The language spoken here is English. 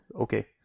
Okay